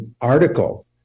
article